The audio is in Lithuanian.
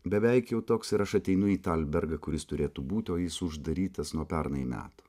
beveik jau toks ir aš ateinu į tą albergą kuris turėtų būti o jis uždarytas nuo pernai metų